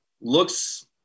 Looks